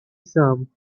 some